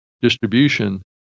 distribution